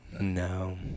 No